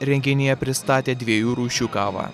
renginyje pristatė dviejų rūšių kavą